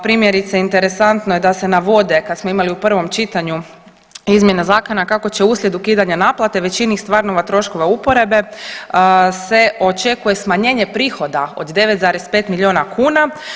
Primjerice interesantno je da se navode kad smo imali u prvom čitanju izmjene zakona kako će uslijed ukidanja naplate većini … troškova uporabe se očekuje smanjenje prihoda od 9,5 milijuna kuna.